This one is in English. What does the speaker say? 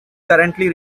currently